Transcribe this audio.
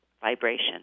vibration